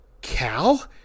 Cal